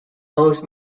most